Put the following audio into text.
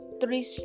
three